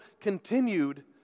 continued